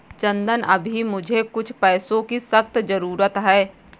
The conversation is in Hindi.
चंदन अभी मुझे कुछ पैसों की सख्त जरूरत है